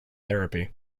therapy